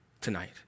tonight